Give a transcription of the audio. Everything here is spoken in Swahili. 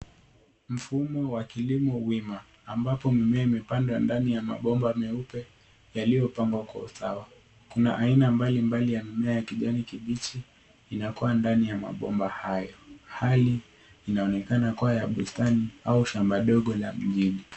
Mfumo wa kilimo wima ambapo mimea imepandwa ndani ya mabomba meupe yaliyopambwa kwa usawa. Kuna aina mbalimbali ya mimea ya kijani kibichi inakua ndani ya mabomba hayo. Hali inaonekana kuwa ya bustani au shamba ndogo la mihindi.